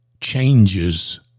changes